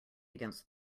against